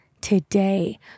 today